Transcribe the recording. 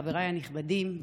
חבריי הנכבדים,